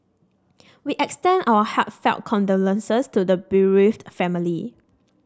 we extend our heartfelt condolences to the bereaved family